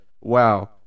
Wow